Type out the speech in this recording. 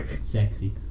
sexy